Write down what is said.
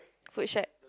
food shack